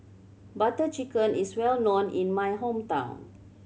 Butter Chicken is well known in my hometown